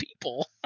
people